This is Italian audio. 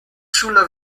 sulla